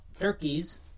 turkeys